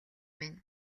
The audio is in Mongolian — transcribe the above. минь